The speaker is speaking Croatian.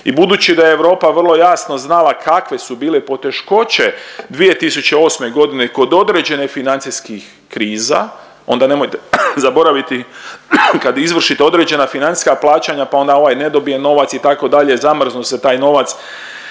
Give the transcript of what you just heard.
i budući da je Europa vrlo jasno znala kakve su bile poteškoće 2008.g. kod određenih financijskih kriza onda nemojte zaboraviti kad izvršite određena financijska plaćanja pa onda ovaj ne dobije novac itd., zamrznu se taj novac